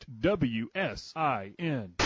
WSIN